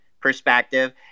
perspective